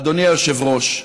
אדוני היושב-ראש,